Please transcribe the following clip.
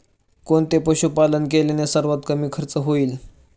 कोणते पशुपालन केल्याने सर्वात कमी खर्च होईल?